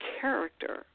character